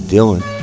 Dylan